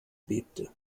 bebte